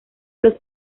los